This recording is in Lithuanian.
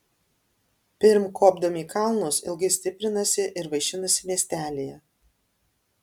pirm kopdami į kalnus ilgai stiprinasi ir vaišinasi miestelyje